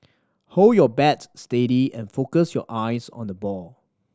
hold your bat steady and focus your eyes on the ball